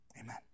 Amen